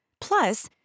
Plus